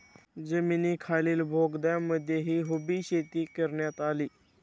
जमिनीखालील बोगद्यांमध्येही उभी शेती करण्यात आली